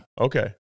okay